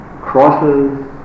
crosses